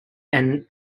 and